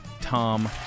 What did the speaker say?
Tom